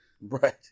Right